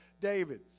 David